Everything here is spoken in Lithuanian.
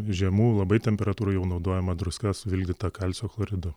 žemų labai temperatūrų jau naudojama druska suvilgdyta kalcio chloridu